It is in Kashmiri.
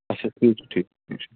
آچھا ٹھیٖک چھُ ٹھیٖک کیٚنٛہہ چھُنہٕ